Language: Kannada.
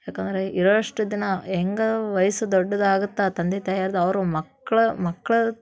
ಯಾಕೆಂದರೆ ಇರುವಷ್ಟು ದಿನ ಹೆಂಗೆ ವಯ್ಸು ದೊಡ್ದದಾಗುತ್ತಾ ತಂದೆ ತಾಯರ್ದು ಅವರು ಮಕ್ಳು ಮಕ್ಳು